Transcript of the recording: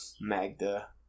Magda